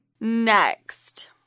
Next